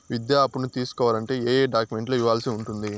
విద్యా అప్పును తీసుకోవాలంటే ఏ ఏ డాక్యుమెంట్లు ఇవ్వాల్సి ఉంటుంది